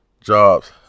jobs